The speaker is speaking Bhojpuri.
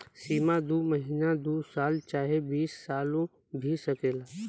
सीमा दू महीना दू साल चाहे बीस सालो भी सकेला